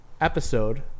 Episode